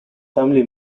family